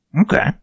okay